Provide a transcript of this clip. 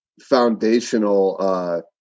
foundational